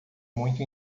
muito